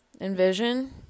Envision